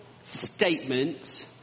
statement—